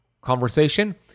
conversation